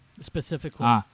Specifically